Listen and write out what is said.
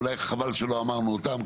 ואולי חבל שלא אמרנו אותם.